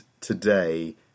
today